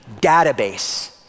database